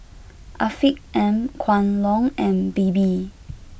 Afiq M Kwan Loong and Bebe